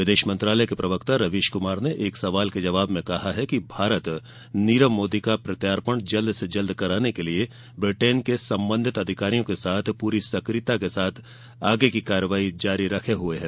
विदेश मंत्रालय के प्रवक्ता रवीश कुमार ने एक सवाल के जवाब में कहा कि भारत नीरव मोदी का प्रत्यार्पण जल्द् से जल्द कराने के लिए ब्रिटेन के संबंधित अधिकारियों के साथ पूरी सक्रियता से आगे की कार्रवाई जारी रखे हुए हैं